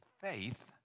faith